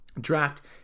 Draft